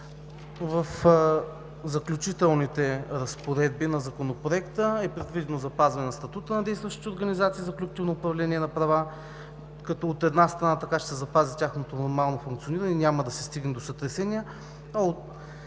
В заключителните разпоредби на Законопроекта е предвидено запазване статута на действащите организации за колективно управление на права, като, от една страна, така ще се запази тяхното нормално функциониране и няма да се стигне до сътресения. От